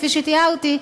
כפי שתיארתי,